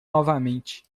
novamente